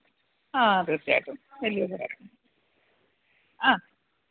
ആ അതെ തീർച്ചയായിട്ടും വലിയ ഉപകരം ആ